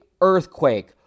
earthquake